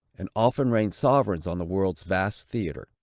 and often reign sovereigns on the world's vast theatre.